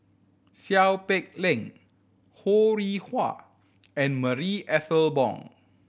Seow Peck Leng Ho Rih Hwa and Marie Ethel Bong